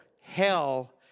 hell